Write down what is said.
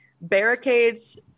barricades